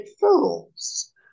fools